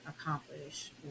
accomplish